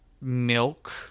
milk